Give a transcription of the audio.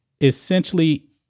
essentially